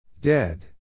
Dead